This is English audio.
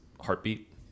heartbeat